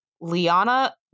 Liana